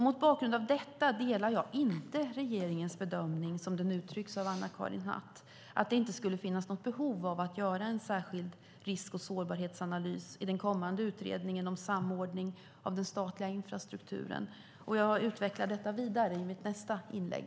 Mot bakgrund av detta delar jag inte regeringens bedömning, som den uttrycks av Anna-Karin Hatt, det vill säga att det inte skulle finnas något behov av att göra en särskild risk och sårbarhetsanalys i den kommande utredningen om samordning av den statliga infrastrukturen. Jag utvecklar detta vidare i mitt nästa inlägg.